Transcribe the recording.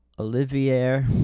Olivier